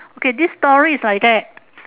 okay this story is like that